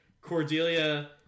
cordelia